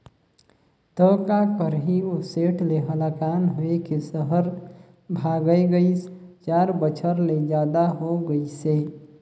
त का करही ओ सेठ ले हलाकान होए के सहर भागय गइस, चार बछर ले जादा हो गइसे